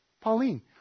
Pauline